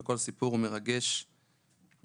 וכל סיפור הוא מרגש ומדהים.